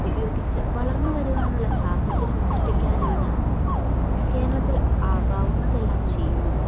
ഉപയോഗിച്ച് വളർന്നു വരുവാനുള്ള സാഹചര്യം സൃഷ്ടിക്കാനാണ് കേരളത്തിൽ ആകാവുന്നതെല്ലാം ചെയ്യുന്നത്